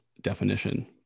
definition